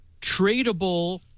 tradable—